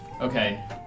Okay